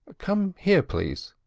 come here, please.